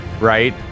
right